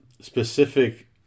specific